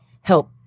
help